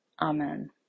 Amen